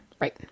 Right